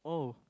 oh